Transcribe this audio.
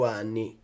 anni